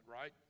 right